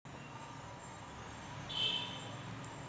लोकांचे भांडवल गोळा करा आणि लोकांना कर्ज द्या